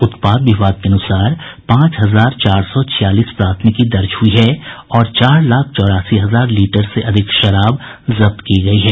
उत्पाद विभाग के अनुसार पांच हजार चार सौ छियालीस प्राथमिकी दर्ज हुई है और चार लाख चौरासी हजार लीटर से अधिक शराब जब्त की गयी है